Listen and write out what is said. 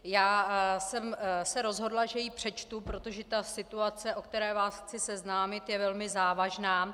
Já jsem se rozhodla, že ji přečtu, protože ta situace, se kterou vás chci seznámit, je velmi závažná.